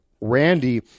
Randy